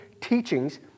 teachings